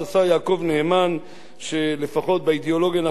שלפחות באידיאולוגיה אנחנו יודעים שאתה נהנה ואוהב,